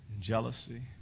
Jealousy